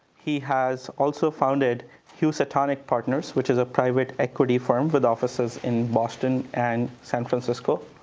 he has also founded housatonic partners, which is a private equity firm with offices in boston and san francisco.